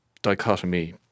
dichotomy